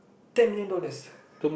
ten million dollars